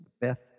Beth